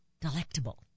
delectable